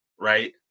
right